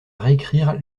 réécrire